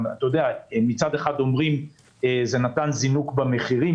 מצד אחד אומרים שזה נתן זינוק במחירים,